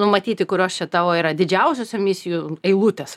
numatyti kurios čia tavo yra didžiausios emisijų eilutės